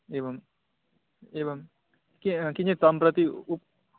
एवम् एवं कि किञ्चित् तं प्रति उक्